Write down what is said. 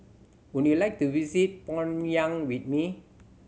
would you like to visit Pyongyang with me